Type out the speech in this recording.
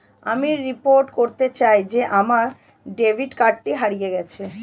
আমি রিপোর্ট করতে চাই যে আমার ডেবিট কার্ডটি হারিয়ে গেছে